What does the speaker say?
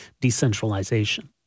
decentralization